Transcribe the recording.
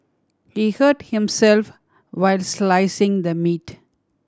he hurt himself while slicing the meat